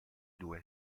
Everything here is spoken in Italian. due